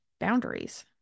boundaries